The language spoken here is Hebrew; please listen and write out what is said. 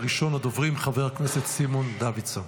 ראשון הדוברים, חבר הכנסת סימון דוידסון.